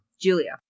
Julia